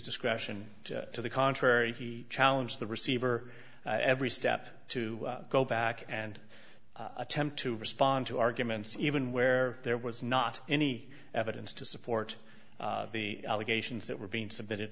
discretion to the contrary he challenge the receiver every step to go back and attempt to respond to arguments even where there was not any evidence to support the allegations that were being submitted